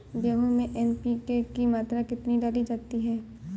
गेहूँ में एन.पी.के की मात्रा कितनी डाली जाती है?